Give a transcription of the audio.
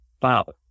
father